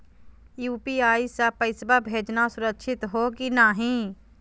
UPI स पैसवा भेजना सुरक्षित हो की नाहीं?